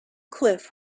cliff